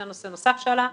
זה נושא נוסף שעלה.